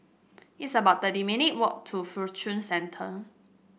it's about thirty minute walk to Fortune Center